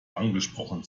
angesprochen